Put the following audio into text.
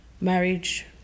marriage